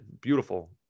beautiful